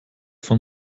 von